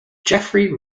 jeffery